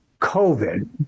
COVID